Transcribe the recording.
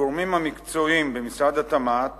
הגורמים המקצועיים במשרד התמ"ת